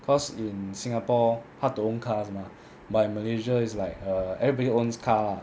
cause in singapore hard to own cars mah but malaysia is like uh everybody owns car lah